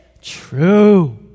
true